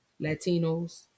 Latinos